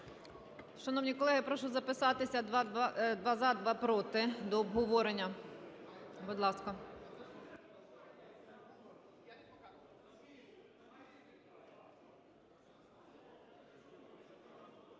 Шановні колеги, прошу записатися: два – за, два – проти до обговорення, будь ласка.